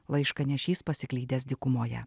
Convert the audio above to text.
laiškanešys pasiklydęs dykumoje